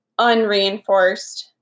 unreinforced